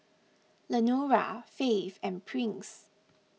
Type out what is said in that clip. Lenora Faith and Prince